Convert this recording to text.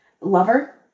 lover